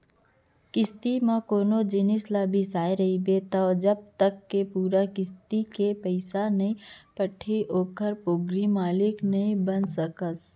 किस्ती म कोनो जिनिस ल बिसाय रहिबे त जब तक ले पूरा किस्ती के पइसा ह नइ पटही ओखर पोगरी मालिक नइ बन सकस